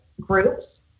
groups